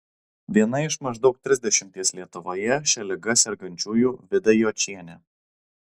viena iš maždaug trisdešimties lietuvoje šia liga sergančiųjų vida jočienė